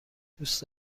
دوست